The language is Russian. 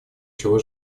чего